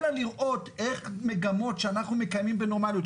אלא לראות איך מגמות שאנחנו מקיימים בנורמליות,